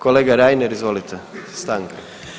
Kolega Reiner, izvolite, stanka.